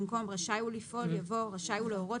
במקום "רשאי הוא לפעול" יבוא "רשאי הוא להורות